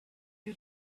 you